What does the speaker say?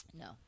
no